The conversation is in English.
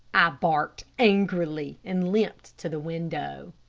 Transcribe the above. i barked angrily and limped to the window.